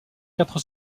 quatre